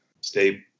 stay